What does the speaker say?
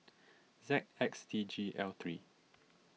Z X D G L three